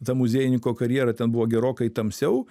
tą muziejininko karjerą ten buvo gerokai tamsiau